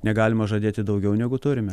negalima žadėti daugiau negu turime